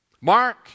Mark